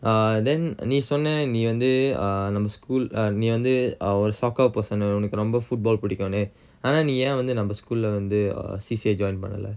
uh then நீ சொன்ன நீ வந்து:nee sonna nee vanthu err நம்ம:namma school err நீ வந்து:nee vanthu our soccer person னு ஒனக்கு ரொம்ப:nu onakku romba football புடிக்குனு ஆனா நீ ஏன் வந்து நம்ம:pudikkunu aana nee ean vanthu namma school lah வந்து:vanthu C_C_A join பண்ணல:pannala